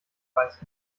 weiß